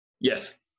Yes